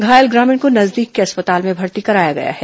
घायल ग्रामीण को नजदीक के अस्पताल में भर्ती कराया गया है